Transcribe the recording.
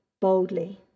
boldly